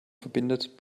verbindet